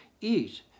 eat